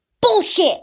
Bullshit